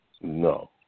No